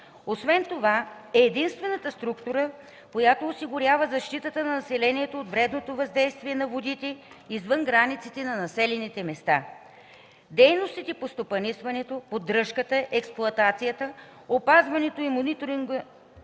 Освен това е единствената структура, която осигурява защитата на населението от вредното въздействие на водите, извън границите на населените места. Дейностите по стопанисването, поддръжката, експлоатацията, опазването и мониторинга